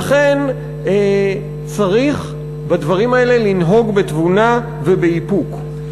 לכן צריך בדברים האלה לנהוג בתבונה ובאיפוק.